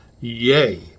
Yay